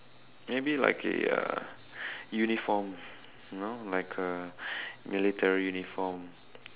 maybe like a a uniform you know like a military uniform